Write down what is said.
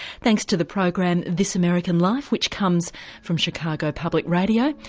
thanks to the program this american life, which comes from chicago public radio,